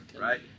right